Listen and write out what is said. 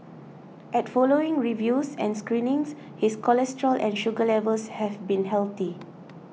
at following reviews and screenings his cholesterol and sugar levels have been healthy